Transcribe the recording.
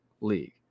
league